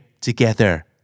together